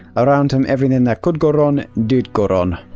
around him everything that could go wrong, did go wrong.